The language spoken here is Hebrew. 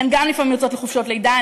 הן גם לפעמים יוצאות לחופשות לידה,